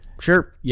sure